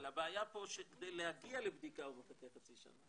אבל הבעיה פה שכדי להגיע לבדיקה הוא מחכה חצי שנה,